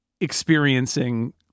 experiencing